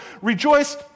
rejoice